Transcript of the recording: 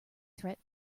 threat